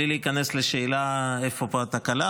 בלי להיכנס לשאלה איפה פה התקלה,